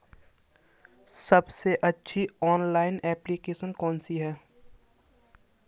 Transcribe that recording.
सबसे अच्छी online application कौन सी है?